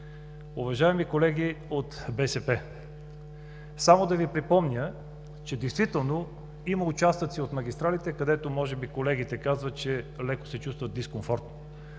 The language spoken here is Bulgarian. Уважаеми колеги от БСП, ще Ви припомня, че действително има участъци от магистралите, където колегите казват, че може би леко се чувстват дискомфортно,